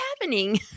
happening